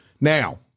Now